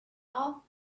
all